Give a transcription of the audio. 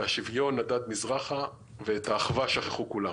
השוויון נדד מזרחה ואת האחווה שכחו כולם.